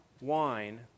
wine